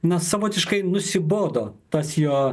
na savotiškai nusibodo tas jo